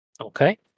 Okay